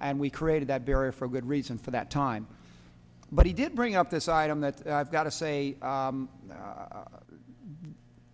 and we created that barrier for good reason for that time but he did bring up this item that i've got to say